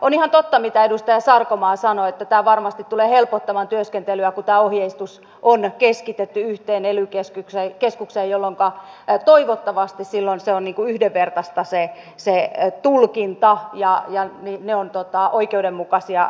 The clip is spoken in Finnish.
on ihan totta mitä edustaja sarkomaa sanoi että tämä varmasti tulee helpottamaan työskentelyä kun tämä ohjeistus on keskitetty yhteen ely keskukseen jolloinka toivottavasti se tulkinta on iku yhdenvertasta se että tulkintaa yhdenvertaista ja ne päätökset ovat oikeudenmukaisia